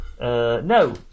no